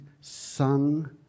sung